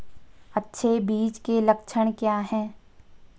अच्छे बीज के लक्षण क्या हैं?